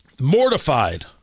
mortified